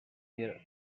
their